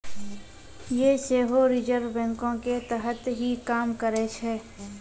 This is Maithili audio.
यें सेहो रिजर्व बैंको के तहत ही काम करै छै